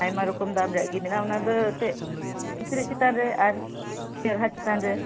ᱟᱭᱢᱟ ᱨᱚᱠᱚᱢ ᱫᱟᱢ ᱨᱮᱭᱟᱜ ᱜᱮ ᱢᱮᱱᱟᱜᱼᱟ ᱚᱱᱟ ᱫᱚ ᱮᱱᱛᱮᱫ ᱠᱤᱪᱨᱤᱡ ᱪᱮᱛᱟᱱᱨᱮ ᱟᱨ ᱪᱮᱨᱦᱟ ᱪᱮᱛᱟᱱ ᱨᱮ